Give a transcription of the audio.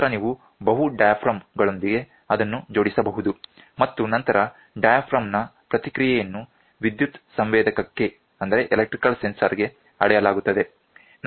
ನಂತರ ನೀವು ಬಹು ಡಯಾಫ್ರಮ್ ಗಳೊಂದಿಗೆ ಅದನ್ನು ಜೋಡಿಸಬಹುದು ಮತ್ತು ನಂತರ ಡಯಾಫ್ರಮ್ ನ ಪ್ರತಿಕ್ರಿಯೆಯನ್ನು ವಿದ್ಯುತ್ ಸಂವೇದಕಕ್ಕೆ ಅಳೆಯಲಾಗುತ್ತದೆ